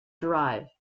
drive